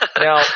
Now